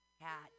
hat